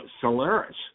Solaris